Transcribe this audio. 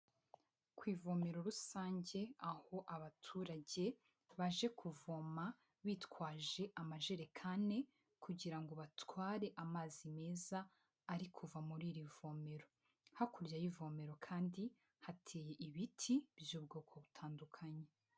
Ku ivomero rusange aho abaturage baje kuvoma bitwaje amajerekani kugira ngo batware amazi meza ari kuva muri irivomero, hakurya y'ivomero kandi hateye ibiti by'ubwoko butandukanye.